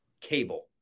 cable